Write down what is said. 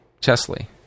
Chesley